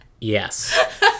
Yes